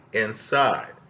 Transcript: inside